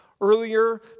Earlier